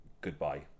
goodbye